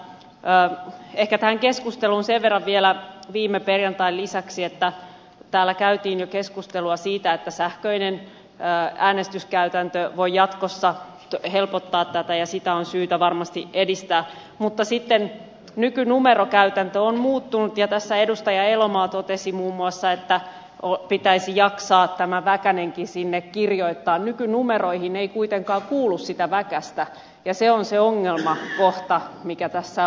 ehkä tähän keskusteluun puutun sen verran vielä viime perjantain lisäksi täällä käytiin jo keskustelua siitä että sähköinen äänestyskäytäntö voi jatkossa helpottaa tätä ja sitä on syytä varmasti edistää että kun nykynumerokäytäntö on muuttunut ja tästä edustaja elomaa muun muassa totesi että pitäisi jaksaa tämä väkänenkin sinne kirjoittaa niin nykynumeroihin ei kuitenkaan kuulu sitä väkästä ja se on se ongelmakohta mikä tässä on